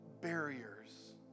barriers